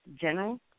general